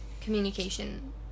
communication